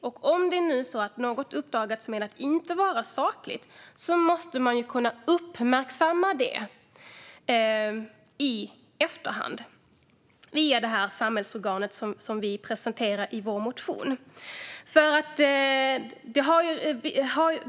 Om det nu uppdagas att något inte är sakligt måste man kunna uppmärksamma det i efterhand via det samhällsorgan som vi presenterar i vår motion. Fru talman!